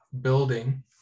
building